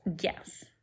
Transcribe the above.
Yes